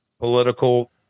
political